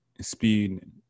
speed